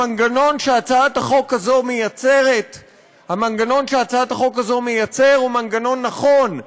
המנגנון שהצעת החוק הזאת מייצרת הוא מנגנון נכון,